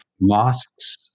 mosques